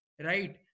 Right